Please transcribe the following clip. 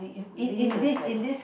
leaves that's right